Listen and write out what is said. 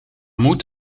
moed